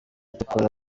dukora